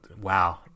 wow